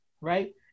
right